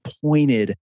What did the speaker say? pointed